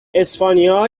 اسپانیا